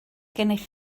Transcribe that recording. gennych